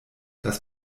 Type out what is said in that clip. das